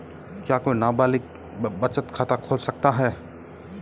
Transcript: क्या कोई नाबालिग बचत खाता खोल सकता है?